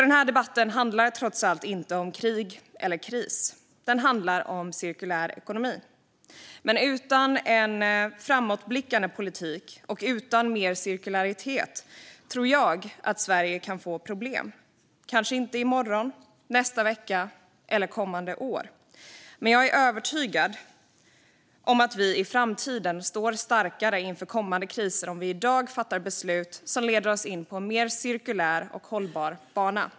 Den här debatten handlar inte om krig eller kris utan om cirkulär ekonomi, men utan en framåtblickande politik och utan mer cirkularitet tror jag att Sverige kan få problem - kanske inte i morgon, nästa vecka eller ens kommande år, men jag är övertygad om att vi i framtiden står starkare inför kommande kriser om vi i dag fattar beslut som leder oss in på en mer cirkulär och hållbar bana.